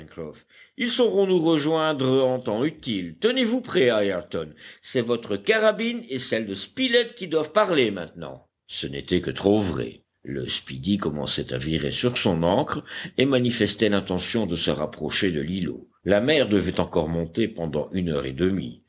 ils sauront nous rejoindre en temps utile tenez-vous prêt ayrton c'est votre carabine et celle de spilett qui doivent parler maintenant ce n'était que trop vrai le speedy commençait à virer sur son ancre et manifestait l'intention de se rapprocher de l'îlot la mer devait encore monter pendant une heure et demie